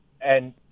And-